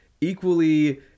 equally